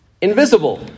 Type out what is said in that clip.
invisible